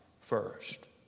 first